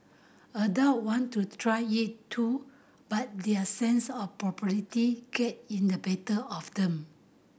adult want to try it too but their sense of propriety get in the better of them